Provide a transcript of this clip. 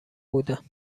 بودند